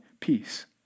Peace